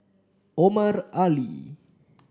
Omar Ali